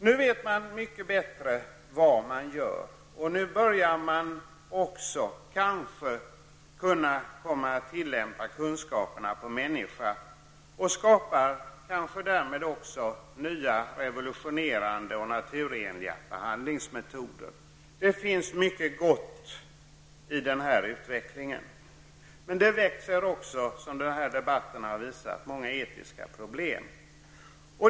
Nu vet man mycket bättre vad det är man gör, och nu börjar man också kanske kunna tillämpa kunskaperna på människan. Därmed får vi kanske nya, revolutionerande och naturenliga behandlingsmetoder. Det finns mycket gott i den här utvecklingen. Men den väcker också, som den här debatten har visat, många etiska problem.